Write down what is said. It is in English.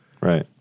Right